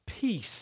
peace